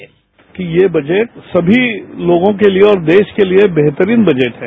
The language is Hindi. बाईट ये बजट सभी लोगों के लिए और देश के लिए बेहतरीन बजट है